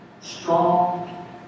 Strong